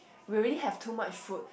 we already have too much food